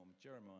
Jeremiah